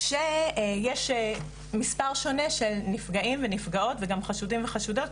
כאשר יש מספר שונה של נפגעים ונפגעות וגם חשודים וחשודות,